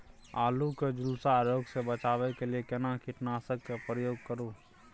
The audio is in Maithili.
आलू के झुलसा रोग से बचाबै के लिए केना कीटनासक के प्रयोग करू